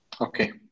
okay